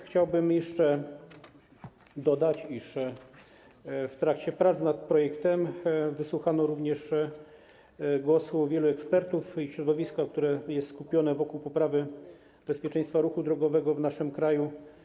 Chciałbym jeszcze dodać, iż w trakcie prac nad projektem wysłuchano również głosu wielu ekspertów i środowiska, które jest skupione wokół poprawy bezpieczeństwa ruchu drogowego w naszym kraju.